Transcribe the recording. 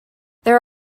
there